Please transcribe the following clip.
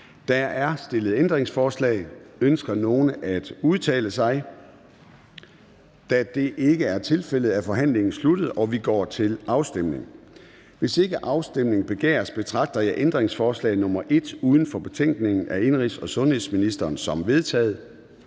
Der er stillet ændringsforslag. Ønsker nogen at udtale sig? Da det ikke er tilfældet, er forhandlingen sluttet, og vi går til afstemning. Kl. 13:02 Formanden (Søren Gade): Hvis ikke afstemning begæres, betragter jeg ændringsforslag nr. 1 uden for betænkningen af indenrigs- og sundhedsministeren som vedtaget.